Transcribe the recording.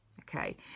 okay